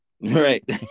Right